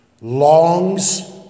longs